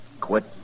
Quit